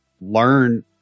learn